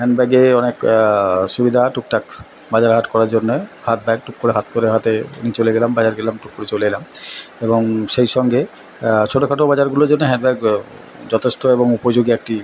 hand ব্যাগে অনেক সুবিদা টুকটাক বাজার হাট করার জন্যে হাত ব্যাগ টুক করে হাত করে হাতে নিয়ে চলে গেলাম বাজার গেলাম টুক করে চলে এলাম এবং সেই সঙ্গে ছোটো খাটো বাজারগুলোর জন্যে হ্যান্ড ব্যাগ যথেষ্ট এবং উপযোগী একটি